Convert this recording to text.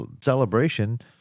celebration